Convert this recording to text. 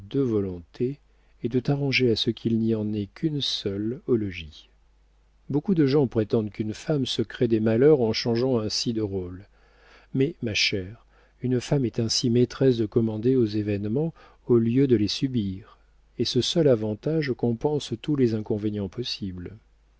est de t'arranger à ce qu'il n'y en ait qu'une seule au logis beaucoup de gens prétendent qu'une femme se crée des malheurs en changeant ainsi de rôle mais ma chère une femme est ainsi maîtresse de commander aux événements au lieu de les subir et ce seul avantage compense tous les inconvénients possibles